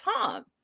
Tom